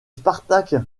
spartak